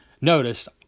notice